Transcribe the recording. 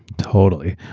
totally.